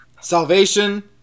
Salvation